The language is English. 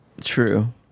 True